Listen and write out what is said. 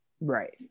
Right